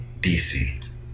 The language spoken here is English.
DC